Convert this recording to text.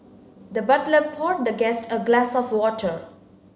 the butler poured the guest a glass of water